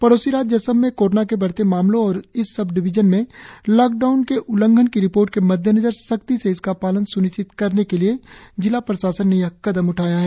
पड़ोसी राज्य असम में कोरोना के बढ़ते मामलों और इस सब डिविजन में लॉकडाउन के उलंघन की रिपोर्ट के मद्देनजर सख्ती से इसका पालन स्निश्चित करने के लिए जिला प्रशासन ने यह कदम उठाया है